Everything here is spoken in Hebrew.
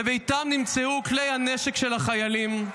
בביתם נמצאו כלי הנשק של החיילים,